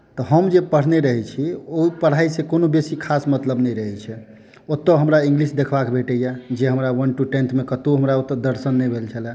तऽ हम जे पढ़ने रहैत छी ओहि पढ़ाइसँ बेसी कोनो खास मतलब नहि रहैत छै ओतय हमरा इंग्लिश देखबाक भेटैए जे हमरा वन टु टेंथमे कतहु नहि हमरा ओतय दर्शन नहि भेल छलए